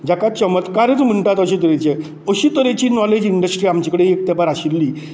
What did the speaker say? जाका चमत्कारूच म्हणटा अशे तरेचे अशे तरेची नॉलेज इंडस्ट्री आमचे कडेन एक तेंपार आशिल्ली